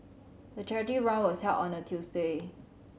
the charity run was held on a Tuesday